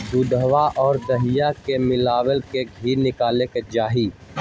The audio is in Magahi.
दूधवा और दहीया के मलईया से धी निकाल्ल जाहई